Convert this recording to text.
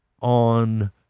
on